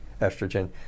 estrogen